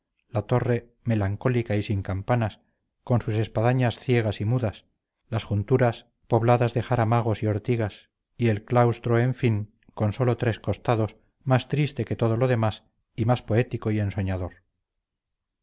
la torre melancólica y sin campanas con sus espadañas ciegas y mudas las junturas pobladas de jaramagos y ortigas y el claustro en fin con sólo tres costados más triste que todo lo demás y más poético y ensoñador